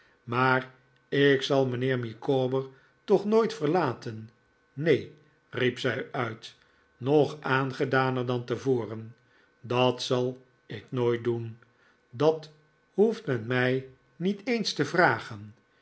maar ik zal mijnheer micawber toch nooit verlaten neen riep zij uit nog aangedaner dan tevoren dat zal ik nooit doen dat hoeft men mij niet eens te vragen